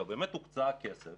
הכסף